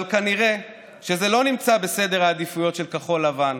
אבל כנראה זה לא נמצא בסדר העדיפויות של כחול לבן,